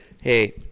hey